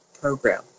program